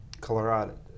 Colorado